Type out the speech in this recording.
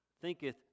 thinketh